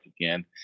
again